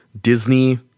Disney